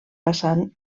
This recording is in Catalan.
passant